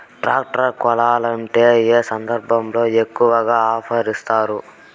Tractor కొనాలంటే ఏ సందర్భంలో ఎక్కువగా ఆఫర్ ఇస్తారు?